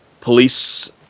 police